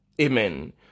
Amen